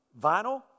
vinyl